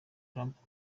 truth